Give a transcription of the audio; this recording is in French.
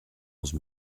onze